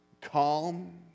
calm